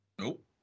Nope